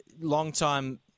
long-time